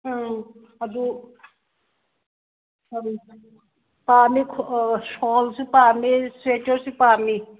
ꯎꯝ ꯑꯗꯨ ꯄꯥꯝꯃꯤ ꯁꯣꯜꯁꯨ ꯄꯥꯝꯃꯤ ꯁ꯭ꯋꯦꯇꯔꯁꯨ ꯄꯥꯝꯃꯤ